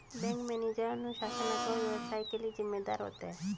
bank manager अनुशासन अथवा व्यवसाय के लिए जिम्मेदार होता है